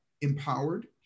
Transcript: empowered